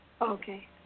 Okay